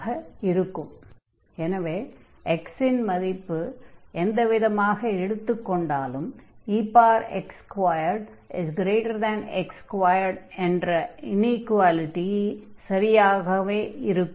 ஆகவே x 0 x 0 மற்றும் x 0 என்று x எந்த விதமான மதிப்பை எடுத்துக் கொண்டாலும் ex2x2 என்ற இனீக்வாலிடி சரியானதாக இருக்கும்